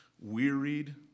wearied